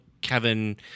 Kevin